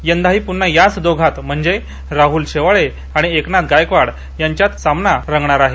यंदाही पुन्हा याच दोन्ही म्हणजे राहल शेवाळे आणि एकनाथ गायकवाड यांच्यात लोकसभेसाठी सामना रंगणार आहे